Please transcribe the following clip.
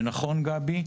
נכון גבי,